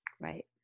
Right